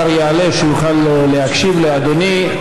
השר יעלה, שיוכל להקשיב לאדוני.